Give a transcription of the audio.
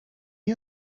you